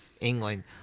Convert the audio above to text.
England